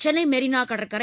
சென்னை மெரினா கடற்கரை